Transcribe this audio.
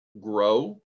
grow